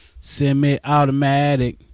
Semi-Automatic